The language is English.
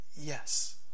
Yes